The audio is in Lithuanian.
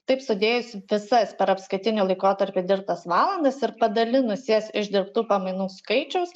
taip sudėjus visas per apskaitinį laikotarpį dirbtas valandas ir padalinus jas iš dirbtų pamainų skaičius